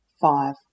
five